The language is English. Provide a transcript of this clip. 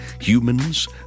Humans